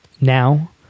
Now